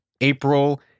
April